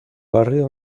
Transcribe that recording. barrio